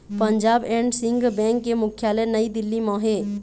Punjab and Sind bank के मुख्यालय नई दिल्ली म हे